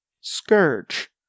Scourge